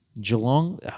Geelong